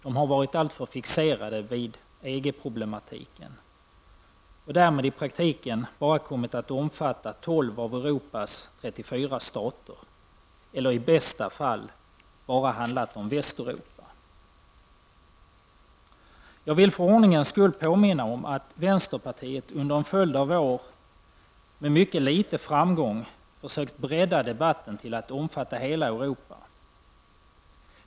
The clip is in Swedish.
De har varit alltför fixerade vid EG-problematiken och därmed i praktiken bara kommit att omfatta 12 av Europas 34 stater, eller i bästa fall handlat bara om Jag vill för ordningens skull påminna om att vänsterpartiet under en följd av år med mycket liten framgång har försökt att bredda debatten till att omfatta hela Europa.